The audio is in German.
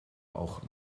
auch